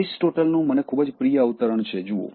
એરિસ્ટોટલનું મને ખૂબ જ પ્રિય અવતરણ જુઓ